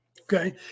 okay